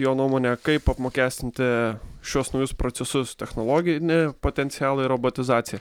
jo nuomone kaip apmokestinti šiuos naujus procesus technologinį potencialą ir robotizaciją